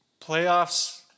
playoffs